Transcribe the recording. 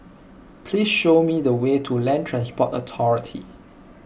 please show me the way to Land Transport Authority